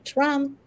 Trump